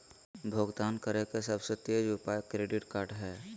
भुगतान करे के सबसे तेज उपाय क्रेडिट कार्ड हइ